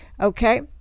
okay